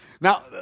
Now